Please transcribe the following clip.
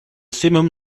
simum